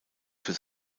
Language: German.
für